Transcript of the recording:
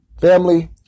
Family